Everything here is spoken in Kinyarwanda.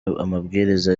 amabwiriza